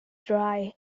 dry